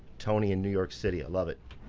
tony in new york city. i love it.